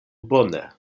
bone